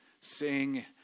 sing